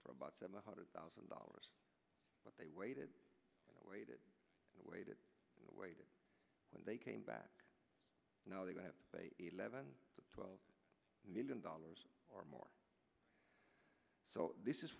for about seven hundred thousand dollars but they waited and waited and waited and waited when they came back you know they got eleven twelve million dollars or more so this is